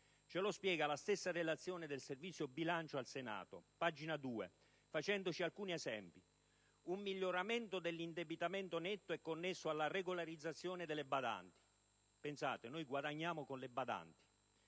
Ce lo spiega la stessa relazione del Servizio bilancio del Senato facendoci alcuni esempi: un miglioramento dell'indebitamento netto è connesso alla regolarizzazione delle badanti - pensate, guadagniamo con le badanti!